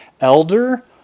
elder